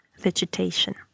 vegetation